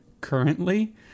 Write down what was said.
currently